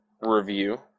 review